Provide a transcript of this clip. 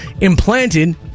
implanted